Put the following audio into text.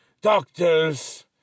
doctors